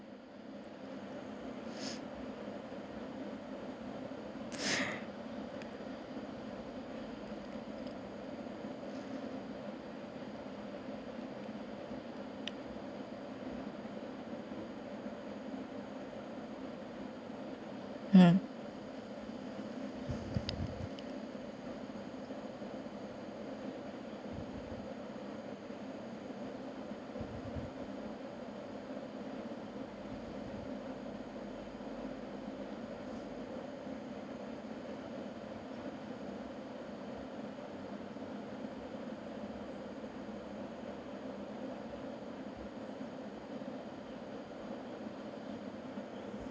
uh